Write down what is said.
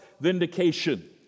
vindication